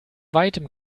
weitem